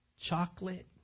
chocolate